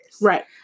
Right